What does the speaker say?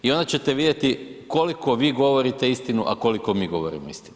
I onda ćete vidjeti koliko vi govorite istinu, a koliko mi govorimo istinu.